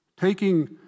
taking